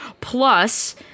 plus